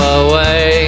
away